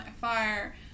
fire